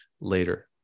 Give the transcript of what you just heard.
later